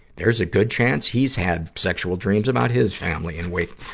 there's a good chance he's has sexual dreams about his family and wa,